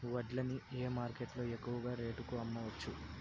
వడ్లు ని ఏ మార్కెట్ లో ఎక్కువగా రేటు కి అమ్మవచ్చు?